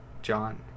John